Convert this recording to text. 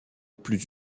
plus